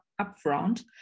upfront